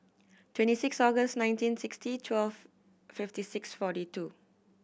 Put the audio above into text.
twenty six August nineteen sixty twelve fifty six forty two